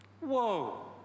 Whoa